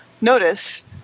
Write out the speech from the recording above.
notice